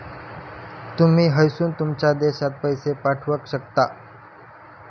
तुमी हयसून तुमच्या देशात पैशे पाठवक शकता